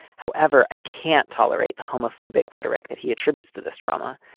however, i can't tolerate the homophobic rhetoric that he attributes to this trauma.